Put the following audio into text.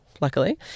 luckily